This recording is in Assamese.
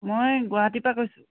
মই গুৱাহাটীৰ পৰা কৈছোঁ